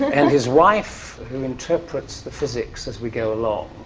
and his wife who interprets the physics as we go along.